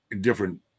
different